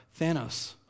Thanos